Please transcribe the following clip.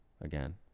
again